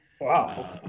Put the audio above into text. Wow